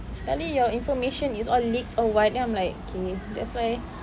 sekali your information is all leaked or what then I'm like okay that's why